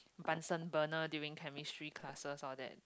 Bunsen burner during chemistry classes all that